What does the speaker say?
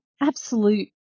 absolute